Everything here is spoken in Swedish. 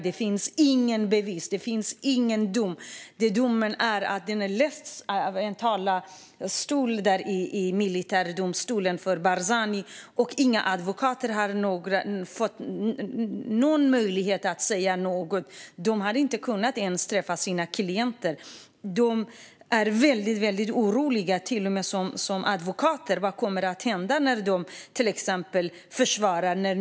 Det finns inga bevis och ingen dom. Domen har lästs upp från en talarstol i militärdomstolen för Barzani, och inga advokater har fått någon möjlighet att säga något. De har inte ens kunnat träffa sina klienter. De är även väldigt oroliga i egenskap av advokater. Vad kommer att hända när de till exempel försvarar?